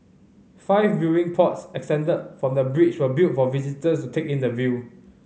five viewing pods extended from the bridge were built for visitors to take in the view